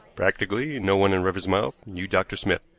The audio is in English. practically no one in riversmouth knew dr. smith.